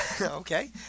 Okay